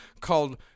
called –